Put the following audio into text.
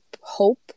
hope